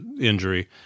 injury